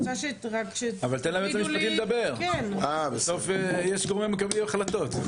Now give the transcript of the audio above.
תן ליועץ המשפטי לדבר, בסוף יש גם מקבלי החלטות.